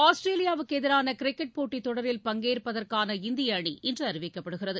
ஆஸ்திரேலியாவுக்கு எதிரான கிரிக்கெட் போட்டித் தொடரில் பங்கேற்பதற்கான இந்திய அணி இன்று அறிவிக்கப்படுகிறது